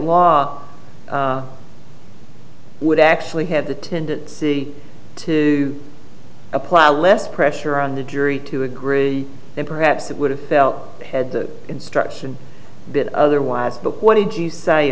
law would actually have the tendency to apply less pressure on the jury to agree that perhaps it would have felt had the instruction bit otherwise but what did you say